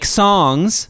songs